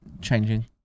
changing